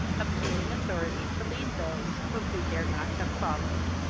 obtaining authority to lead those whom he dared not have followed.